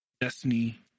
Destiny